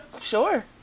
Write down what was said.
Sure